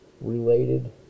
related